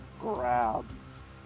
grabs